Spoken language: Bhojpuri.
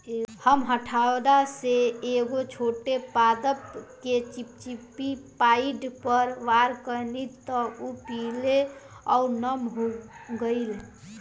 हम हथौड़ा से एगो छोट पादप के चिपचिपी पॉइंट पर वार कैनी त उ पीले आउर नम हो गईल